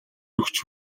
өгч